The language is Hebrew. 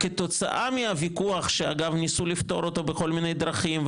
כתוצאה מהוויכוח שאגב ניסו לפתור בכל מיני דרכים,